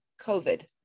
covid